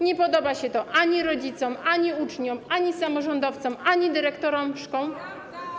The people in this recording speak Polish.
Nie podoba się to ani rodzicom, ani uczniom, ani samorządowcom, ani dyrektorom szkół.